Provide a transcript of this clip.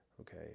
okay